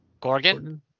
Gorgon